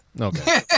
okay